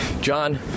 John